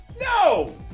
no